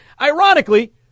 Ironically